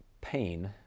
pain